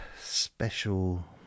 special